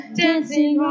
dancing